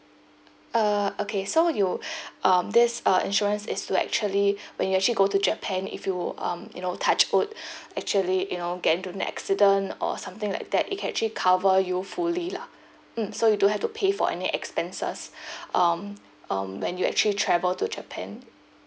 uh okay so you um this uh insurance is to actually when you actually go to japan if you um you know touch wood actually you know get into an accident or something like that it can actually cover you fully lah mm so you don't have to pay for any expenses um um when you actually travel to japan